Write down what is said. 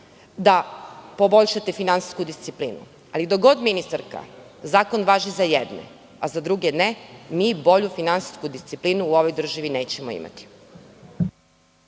da poboljšate finansijsku disciplini. Ali, dok god ministarka, zakon važi za jedne, a za druge ne, mi bolju finansijsku disciplinu u ovoj državi nećemo imati.